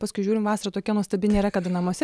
paskui žiūrim vasara tokia nuostabi nėra kada namuose